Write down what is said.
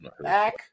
back